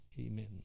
Amen